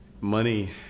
money